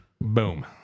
Boom